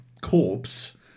corpse